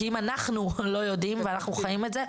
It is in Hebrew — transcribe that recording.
כי אם אנחנו לא יודעים ואנחנו חיים את זה,